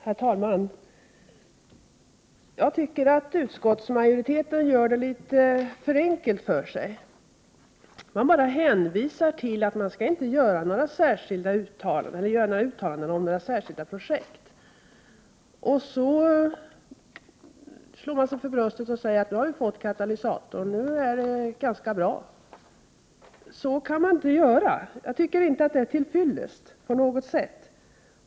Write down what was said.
Herr talman! Jag tycker att utskottsmajoriteten gör det litet för enkelt för sig. Man bara hänvisar till att man inte skall göra några uttalanden om några särskilda projekt, och så slår man sig för bröstet och säger: Nu har vi fått katalysator, nu är det ganska bra. Så kan man inte göra. Jag tycker inte att det är till fyllest på något sätt.